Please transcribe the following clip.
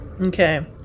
Okay